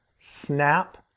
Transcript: snap